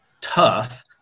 tough